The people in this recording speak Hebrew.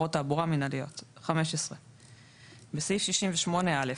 הפרות תעבורה מינהליות"; (15)בסעיף 68א,